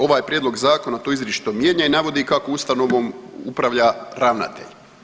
Ovaj prijedlog zakona to izričito mijenja i navodi kako ustanovom upravlja ravnatelj.